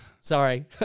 Sorry